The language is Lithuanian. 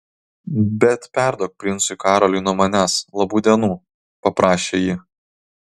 bet perduok princui karoliui nuo manęs labų dienų paprašė ji